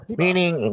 meaning